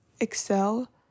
excel